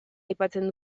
aipatzen